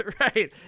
Right